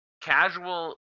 casual